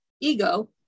ego